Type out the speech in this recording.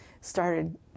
started